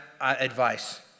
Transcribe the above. advice